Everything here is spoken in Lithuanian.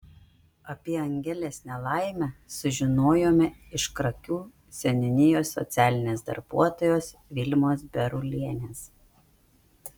apie angelės nelaimę sužinojome iš krakių seniūnijos socialinės darbuotojos vilmos berulienės